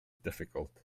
difficult